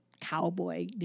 Cowboy